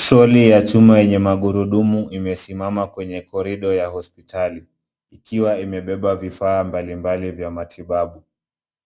Troli ya chuma yenye magurudumu imesimama kwenye corridor ya hospitali ikiwa imebeba vifaa mbali mbali vya matibabu.